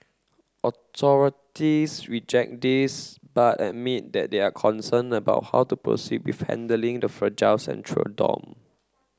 authorities reject this but admit that they are concerned about how to proceed with handling the fragile central dome